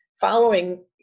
following